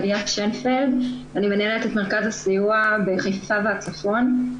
אני מנהלת את מרכז הסיוע בחיפה והצפון.